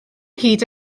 hyd